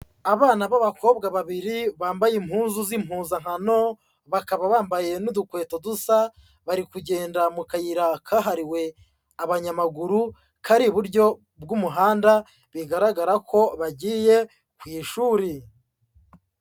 Abana b'abakobwa babiri bambaye impuzu z'impuzankano, bakaba bambaye n'udukweto dusa, bari kugenda mu kayira kahariwe abanyamaguru kari iburyo bw'umuhanda, bigaragara ko bagiye ku ishuri.